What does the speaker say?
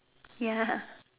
ya